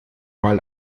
ball